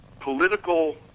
political